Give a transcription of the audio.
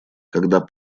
когда